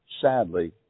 sadly